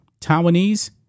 Taiwanese